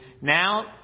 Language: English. Now